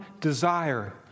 desire